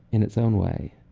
in its own way,